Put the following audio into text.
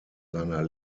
seiner